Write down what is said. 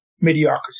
mediocrity